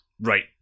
Right